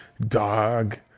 dog